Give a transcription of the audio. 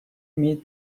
имеет